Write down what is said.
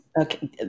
Okay